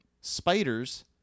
spiders